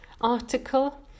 article